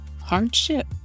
hardship